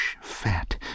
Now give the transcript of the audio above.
fat